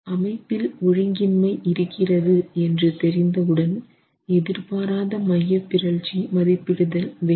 அமைப்பில் ஒழுங்கின்மை இருக்கிறது என்று தெரிந்த உடன் எதிர்பாராத மையப்பிறழ்ச்சி மதிப்பிடுதல் வேண்டும்